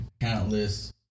countless